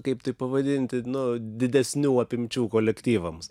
kaip tai pavadinti nu didesnių apimčių kolektyvams